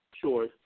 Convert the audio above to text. Sure